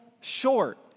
short